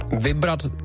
vybrat